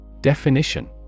Definition